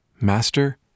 Master